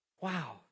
Wow